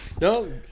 no